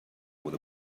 with